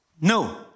No